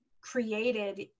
created